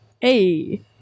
Hey